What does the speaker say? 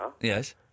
Yes